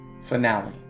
finale